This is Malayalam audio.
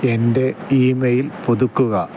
എന്റെ ഇ മെയില് പുതുക്കുക